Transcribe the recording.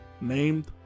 named